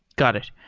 got it.